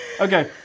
Okay